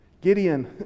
Gideon